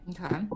Okay